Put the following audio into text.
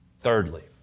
Thirdly